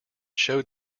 showed